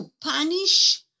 punish